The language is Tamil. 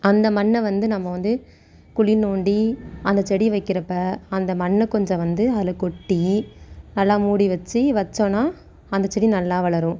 அந்த மண்ணை வந்து நம்ம வந்து குழி நோண்டி அந்த செடி வைக்கிறப்போ அந்த மண்ணை கொஞ்சம் வந்து அதில் கொட்டி நல்லா மூடிவச்சு வச்சோம்னா அந்த செடி நல்லா வளரும்